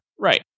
Right